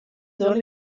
soll